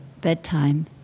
bedtime